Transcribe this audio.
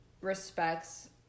respects